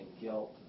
guilt